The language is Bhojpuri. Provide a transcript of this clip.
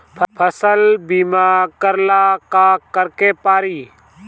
फसल बिमा करेला का करेके पारी?